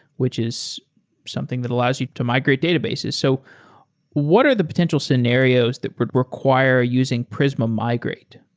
which is something that allows you to migrate databases. so what are the potential scenarios that would require using prisma migrate?